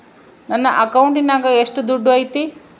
ನನ್ನ ಅಕೌಂಟಿನಾಗ ಎಷ್ಟು ದುಡ್ಡು ಐತಿ?